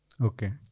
Okay